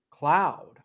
cloud